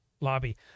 lobby